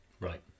right